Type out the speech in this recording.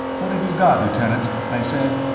what have you got, lieutenant? i said.